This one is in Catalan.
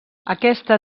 aquesta